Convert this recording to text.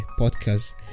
podcast